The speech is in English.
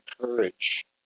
courage